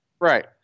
Right